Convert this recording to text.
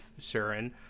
Surin